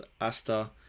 Asta